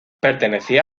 pertenecía